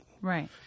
Right